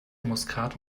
muskat